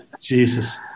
Jesus